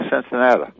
Cincinnati